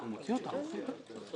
רגע,